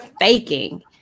faking